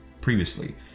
previously